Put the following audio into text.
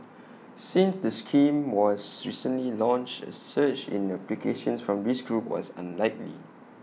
since the scheme was recently launched A surge in applications from this group was unlikely